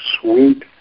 sweet